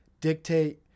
dictate